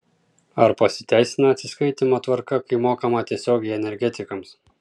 ar pasiteisina atsiskaitymo tvarka kai mokama tiesiogiai energetikams